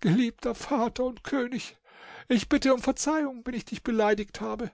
geliebter vater und könig ich bitte um verzeihung wenn ich dich beleidigt habe